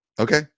Okay